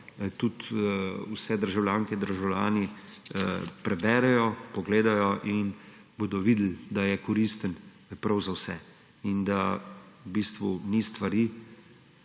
tudi vse državljanke in državljani preberejo, pogledajo in bodo videli, da je koristen prav za vse in da v bistvu ni stvari,